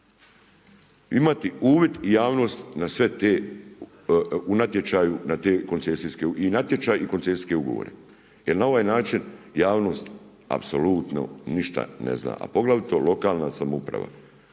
natječaju na te koncesijske, i natječaj i koncesijske ugovore jer na ovaj način javnost apsolutno ništa ne zna a poglavito lokalna samouprava.